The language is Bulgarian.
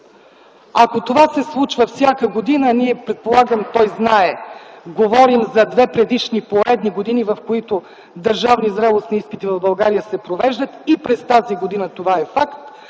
Ако това се случва всяка година, ние, предполагам че той знае, говорим за две предишни поредни години, в които държавни зрелостни изпити в България се провеждат и през тази година това е факт,